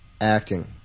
acting